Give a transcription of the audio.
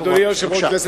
אדוני היושב-ראש,